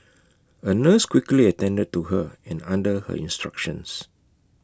A nurse quickly attended to her and under her instructions